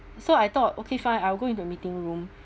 so I thought okay fine I'll go into a meeting room